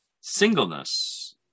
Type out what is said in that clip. singleness